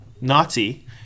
Nazi